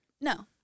No